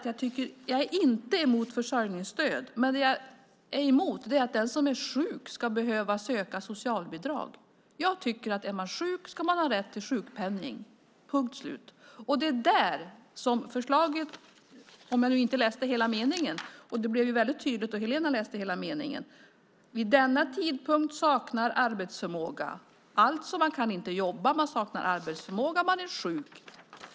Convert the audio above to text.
Jag är inte emot försörjningsstöd, Helena Rivière, men jag är emot att den som är sjuk ska behöva söka socialbidrag. Jag tycker att om man är sjuk ska man ha rätt till sjukpenning - punkt slut. Det är det som framgår av förslaget - om jag nu inte läste hela meningen, men det blev tydligt då Helena läste meningen - nämligen att man "vid denna tidpunkt saknar arbetsförmåga". Alltså att man inte kan jobba, saknar arbetsförmåga och är sjuk.